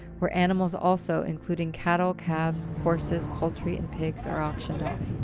where animals also including cattle, calves, horses, poultry and pigs, are auctioned off.